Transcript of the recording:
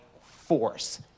force